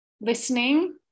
listening